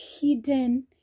hidden